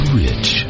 rich